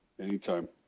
Anytime